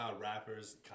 rapper's